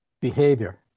behavior